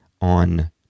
On